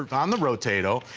um the rotato